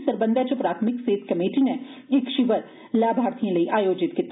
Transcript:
इस सरबंधै च प्राथमिक सेहत कमेटी नै इक शिवर लाभार्थियें लेई आयोजित कीता